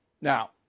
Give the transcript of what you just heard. Now